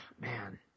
man